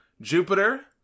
Jupiter